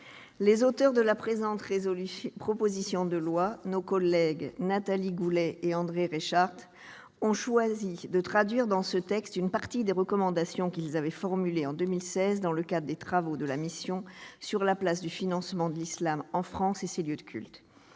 les auteurs de la présente proposition de loi, nos collègues Nathalie Goulet et André Reichardt, ont choisi de traduire dans ce texte une partie des recommandations qu'ils avaient formulées en 2016, dans le cadre des travaux de la mission sur la place du financement de l'islam en France et ses lieux de culte.